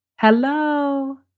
hello